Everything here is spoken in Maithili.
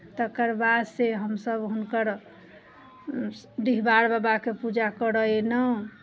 तकर बादसँ हमसभ हुनकर डिहबार बाबाके पूजा करय एलहुँ